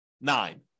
nine